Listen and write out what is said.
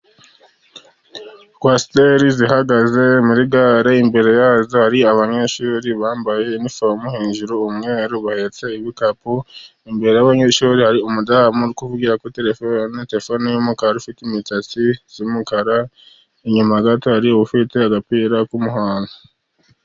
Kwasiteri zihagaze muri gare, imbere yazo hari abanyeshuri bambaye inifomu ,hejuru umweru bahetse ibikapu, imbere y'abanyeshuri hari umudamu uri kuvugira kuri telefoni , telefoni y'umukara ufite umusatsi w'umukara, inyuma gato hari ufite agapira k'umuhondo.